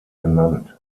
genannt